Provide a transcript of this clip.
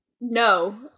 No